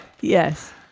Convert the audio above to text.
Yes